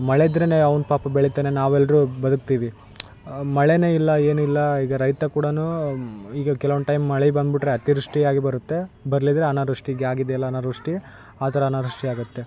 ಮಳೆ ಇದ್ದರೇನೆ ಅವ್ನು ಪಾಪ ಬೆಳೀತಾನೆ ನಾವೆಲ್ಲರು ಬದಕ್ತೀವಿ ಮಳೇನೆ ಇಲ್ಲ ಏನು ಇಲ್ಲ ಈಗ ರೈತ ಕೂಡನು ಈಗ ಕೆಲವೊಂದು ಟೈಮ್ ಮಳೆ ಬಂದ್ಬಿಟ್ರೆ ಅತಿವೃಷ್ಟಿ ಆಗಿ ಬರುತ್ತೆ ಬರ್ಲಿದ್ರೆ ಅನಾವೃಷ್ಟಿ ಆಗಿದೆ ಅಲ್ಲ ಅನಾವೃಷ್ಟಿ ಆ ಥರ ಅನಾವೃಷ್ಟಿ ಆಗತ್ತೆ